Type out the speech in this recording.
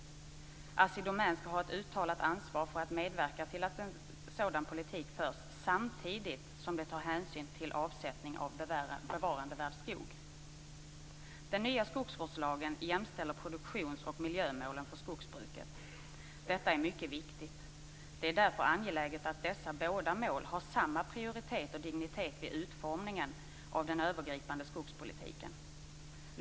Assi Domän skall ha ett uttalat ansvar för att medverka till att en sådan politik förs, samtidigt som man tar hänsyn till avsättning av bevarandevärd skog. Den nya skogsvårdslagen jämställer produktionsoch miljömålen för skogsbruket. Detta är mycket viktigt. Det är därför angeläget att dessa båda mål har samma prioritet och dignitet vid utformningen av den övergripande skogspolitiken.